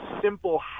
simple